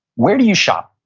where do you shop?